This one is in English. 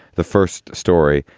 the first story,